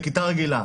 לכיתה רגילה,